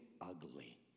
ugly